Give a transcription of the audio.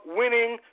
winning